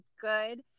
good